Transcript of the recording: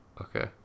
Okay